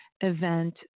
event